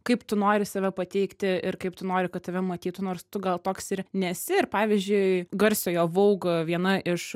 kaip tu nori save pateikti ir kaip tu nori kad tave matytų nors tu gal toks ir nesi ir pavyzdžiui garsiojo vaug viena iš